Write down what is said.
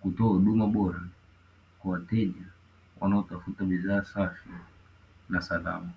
kutoa huduma bora kwa wateja wanaotafuta bidhaa safi na salama.